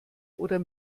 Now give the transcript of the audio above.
oder